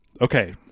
Okay